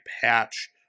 patch